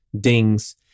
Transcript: dings